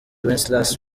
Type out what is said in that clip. wenceslas